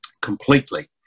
completely